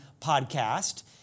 podcast